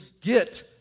get